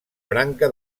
branca